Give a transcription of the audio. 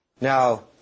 Now